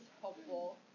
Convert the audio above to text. helpful